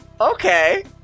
Okay